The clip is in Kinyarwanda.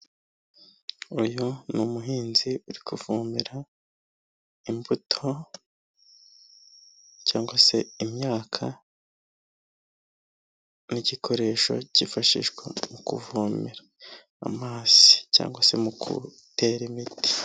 Uyu ni umuhinzi uri kuvomera imbuto cyangwa se imyaka n'igikoresho cyifashishwa mu kuvomera amazi cyangwa se mu gutera imiti.